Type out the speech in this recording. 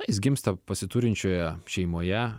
jis gimsta pasiturinčioje šeimoje